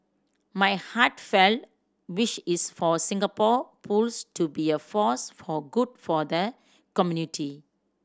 my heartfelt wish is for Singapore Pools to be a force for good for the community